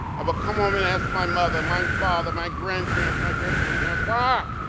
um come home and ask my mother, my father, my grandparents my great-grandparents why?